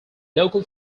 local